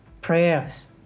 prayers